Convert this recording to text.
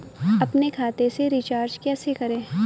अपने खाते से रिचार्ज कैसे करें?